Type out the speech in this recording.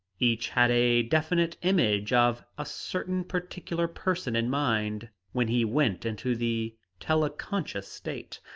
each had a definite image of a certain particular person in mind when he went into the teleconscious state.